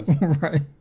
Right